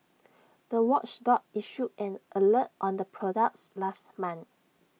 the watchdog issued an alert on the products last month